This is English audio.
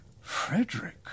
Frederick